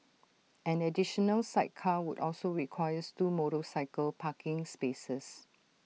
an additional sidecar would also requires two motorcycle parking spaces